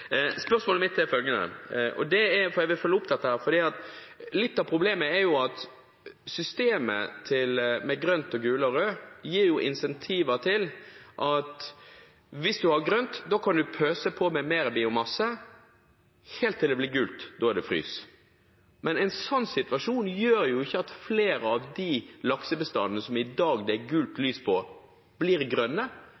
Jeg vil følge opp dette, for litt av problemet er at systemet med grønt, gult og rødt gir incentiver til at hvis man har grønt, kan man pøse på med mer biomasse helt til det blir gult. Da er det frys. Men en sånn situasjon gjør jo ikke at for flere av de laksebestandene som det i dag er gult lys for, blir det grønt, men tvert imot at for flere av dem som det er grønt for, blir det gult,